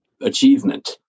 achievement